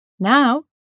Now